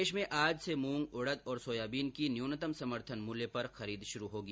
प्रदेश में आज से मूंग उड़द तथा सोयाबीन की न्यूनतम समर्थन मूल्य पर खरीद शुरू होगी